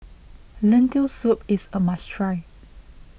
Lentil Soup is a must try